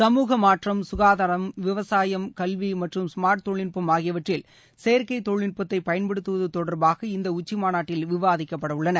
சமுக மாற்றம் கசுகாதாரம் விவசாயம் கல்வி மற்றும் ஸ்மார்ட் தொழில்நுட்பம் ஆகியவற்றில் செயற்கை தொழில்நுட்பத்தைப் பயன்படுத்துவது தொடர்பாக இந்த உச்சி மாநாட்டில் விவாதிக்கப்பட உள்ளன